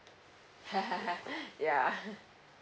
yeah